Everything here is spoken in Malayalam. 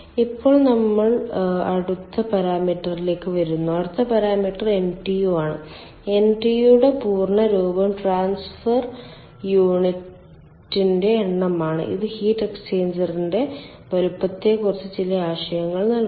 ഇപ്പോൾ നമ്മൾ അടുത്ത പാരാമീറ്ററിലേക്ക് വരുന്നു അടുത്ത പാരാമീറ്റർ NTU ആണ് NTU യുടെ പൂർണ്ണ രൂപം ട്രാൻസ്ഫർ യൂണിറ്റിന്റെ എണ്ണമാണ് ഇത് ഹീറ്റ് എക്സ്ചേഞ്ചറിന്റെ വലുപ്പത്തെക്കുറിച്ച് ചില ആശയങ്ങൾ നൽകുന്നു